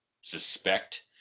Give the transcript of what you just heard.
suspect